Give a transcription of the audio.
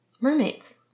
mermaids